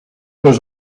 was